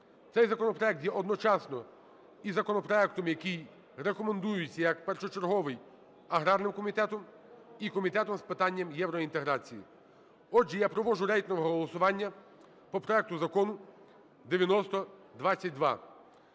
Цей законопроект є одночасно і законопроектом, який рекомендується як першочерговий аграрним комітетом і Комітетом з питань євроінтеграції. Отже, я провожу рейтингове голосування по проекту Закону 9022.